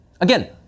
Again